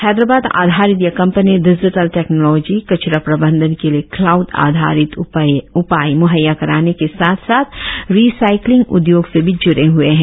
हैदराबाद आधारित यह company digital technology कचरा प्रबंधन के लिए क्लाउड आधारित उपाय म्हैया कराने के साथ साथ रिसाइक्लिंग उद्योग से भी ज्ड़े हए है